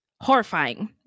Horrifying